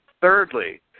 thirdly